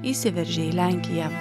įsiveržė į lenkiją